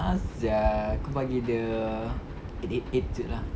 ah sia aku bagi dia eight eight jer lah